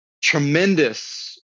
tremendous